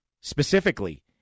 specifically